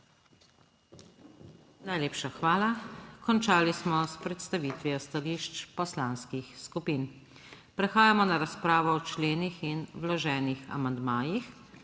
Hvala lepa. Končali smo s predstavitvijo stališč poslanskih skupin. Prehajamo na razpravo o členu in vloženem amandmaju,